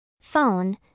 Phone